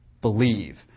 believe